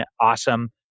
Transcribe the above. awesome